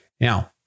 Now